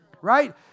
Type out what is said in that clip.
right